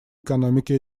экономики